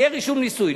זה יהיה רישום נישואים.